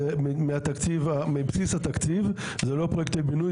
זה מבסיס התקציב זה לא פרויקטי בינוי,